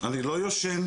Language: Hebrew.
אני לא ישן,